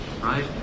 right